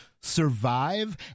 survive